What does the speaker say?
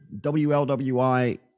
WLWI